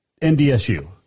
NDSU